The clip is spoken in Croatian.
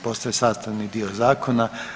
Postaje sastavni dio zakona.